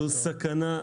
זו סכנה אדירה.